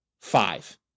five